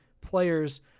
players